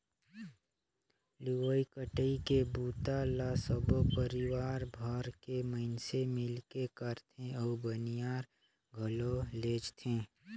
लुवई कटई के बूता ल सबो परिवार भर के मइनसे मिलके करथे अउ बनियार घलो लेजथें